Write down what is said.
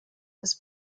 des